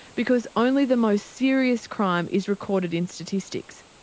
because only the most serious crime is recorded in statistics,